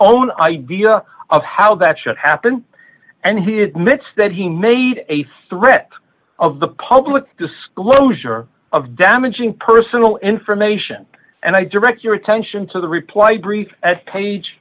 own idea of how that should happen and he admits that he made a threat of the public disclosure of damaging personal information and i direct your attention to the reply brief at page